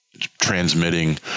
transmitting